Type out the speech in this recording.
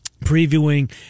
previewing